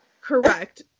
Correct